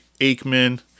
Aikman